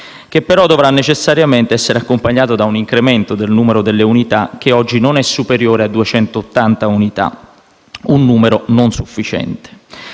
che però dovrà necessariamente essere accompagnato da un incremento del numero delle unità, che oggi non è superiore a 280, un numero non sufficiente.